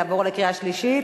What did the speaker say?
נעבור לקריאה שלישית?